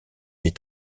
des